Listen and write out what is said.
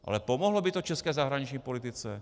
Ale pomohlo by to české zahraniční politice?